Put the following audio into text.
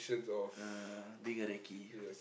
ah being a recce